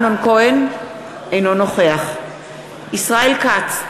אינו נוכח ישראל כץ,